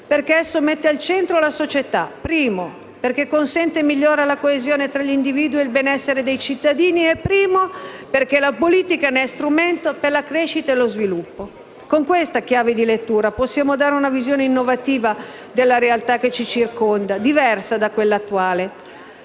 perché esso mette al centro la società; perché consente e migliora la coesione tra gli individui e il benessere dei cittadini; perché la politica ne è strumento, per la sua crescita e il suo sviluppo. Con questa chiave di lettura, possiamo dare una visione innovativa della realtà che ci circonda, diversa da quella attuale.